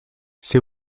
c’est